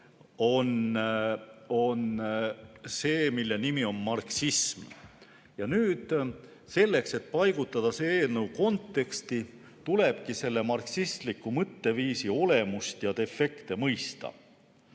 on see, mille nimi on marksism. Selleks, et paigutada see eelnõu konteksti, tulebki selle marksistliku mõtteviisi olemust ja defekte